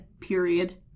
period